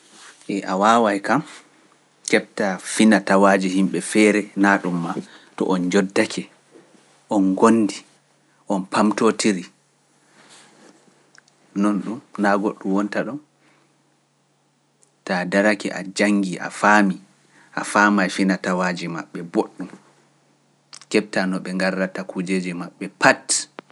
Ee! a wawaay kam keɓta finatawaaji yimɓe feere naa ɗum maa to on njoddake, on gondi, on pamtotiri, noon ɗum naa goɗɗum wonta ɗo, taa darake a janngi a faami a faama e finatawaaji maɓɓe boɗɗum, keɓta no ɓe ngarata kujeeji maɓɓe pat.